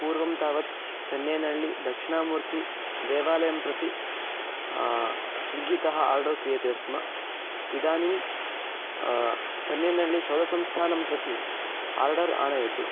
पूर्वं तावत् चन्नेनळ्ळि दक्षिणामूर्तिदेवालयं प्रति स्विग्गि तः आर्डर् क्रियते स्म इदानीं चन्नैनळ्ळिशोधसंस्थानं प्रति आर्डर् आनयतु